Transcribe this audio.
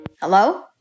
Hello